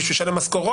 בשביל לשלם משכורות,